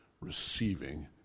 receiving